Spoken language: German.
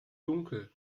dunkel